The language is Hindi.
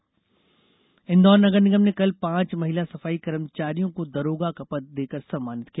अनुठी पहल इंदौर नगर निगम ने कल पांच महिला सफाई कर्मचारियों को दरोगा का पद देकर सम्मानित किया